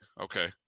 okay